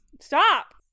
Stop